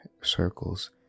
circles